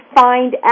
find